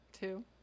Two